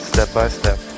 step-by-step